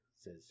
says